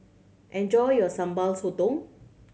enjoy your Sambal Sotong